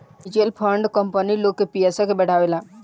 mutual fund company लोग के पयिसा के बढ़ावेला